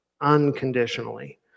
unconditionally